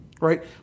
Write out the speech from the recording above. Right